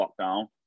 lockdown